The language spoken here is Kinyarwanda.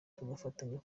tugafatanya